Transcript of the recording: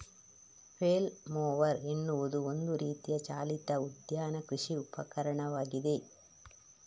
flail mower ಎನ್ನುವುದು ಒಂದು ರೀತಿಯ ಚಾಲಿತ ಉದ್ಯಾನ ಕೃಷಿ ಉಪಕರಣವಾಗಿದೆ